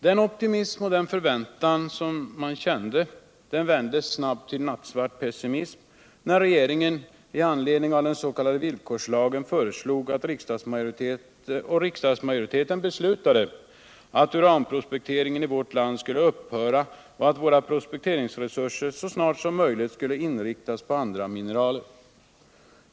Den optimism och förväntan man kände vändes snabbt till nattsvart pessimism när regeringen med anledning av den s.k. villkorslagen föreslog och riksdagsmajoriteten beslutade att uranprospekteringen i vårt land skulle upphöra och att våra prospekteringsresurser så snart som möjligt skulle Energiforskning, 160 inriktas på andra mineraler.